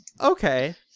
Okay